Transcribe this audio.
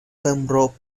pembroke